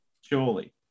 surely